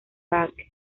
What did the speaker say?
back